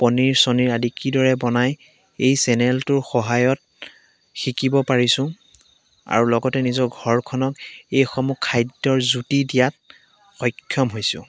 পনীৰ চনিৰ আদি কিদৰে বনাই এই চেনেলটোৰ সহায়ত শিকিব পাৰিছোঁ আৰু লগতে নিজৰ ঘৰখনক এইসমূহ খাদ্যৰ জুতি দিয়াত অক্ষম হৈছোঁ